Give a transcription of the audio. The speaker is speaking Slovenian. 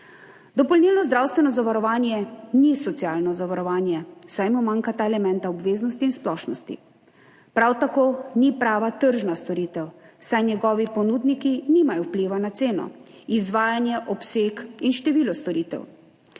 Dopolnilno zdravstveno zavarovanje ni socialno zavarovanje, saj mu manjkata elementa obveznosti in splošnosti. Prav tako ni prava tržna storitev, saj njegovi ponudniki nimajo vpliva na ceno, izvajanje, obseg in število storitev.